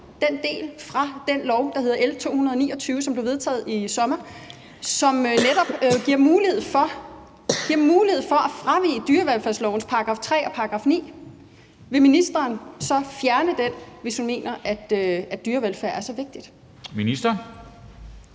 den del fra den lov, der hedder L 229, som blev vedtaget i sommer, og som netop giver mulighed for at fravige dyrevelfærdslovens § 3 og § 9. Vil ministeren fjerne den, hvis hun mener, at dyrevelfærd er så vigtigt? Kl.